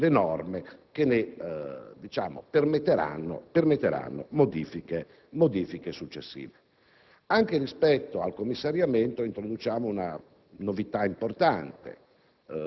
le norme che ne permetteranno modifiche successive. Anche rispetto al commissariamento si introduce una novità importante,